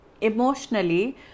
emotionally